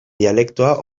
dialektoa